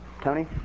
tony